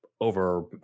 over